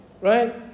right